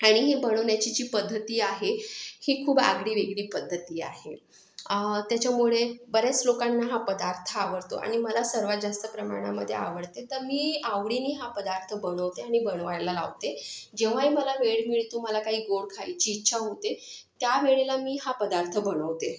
आणि हे बनवण्याची जी पद्धत आहे ही खूप आगळीवेगळी पद्धत आहे त्याच्यामुळे बऱ्याच लोकांना हा पदार्थ आवडतो आणि मला सर्वात जास्त प्रमाणामध्ये आवडते तर मी आवडीने हा पदार्थ बनवते आणि बनवायला लावते जेव्हाही मला वेळ मिळतो मला काही गोड खायची इच्छा होते त्या वेळेला मी हा पदार्थ बनवते